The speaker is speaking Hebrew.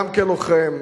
גם כלוחם,